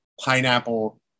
pineapple